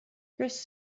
chris